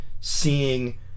seeing